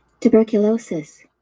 tuberculosis